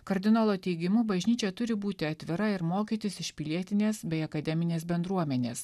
kardinolo teigimu bažnyčia turi būti atvira ir mokytis iš pilietinės bei akademinės bendruomenės